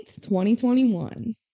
2021